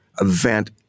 event